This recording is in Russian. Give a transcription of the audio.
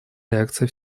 реакция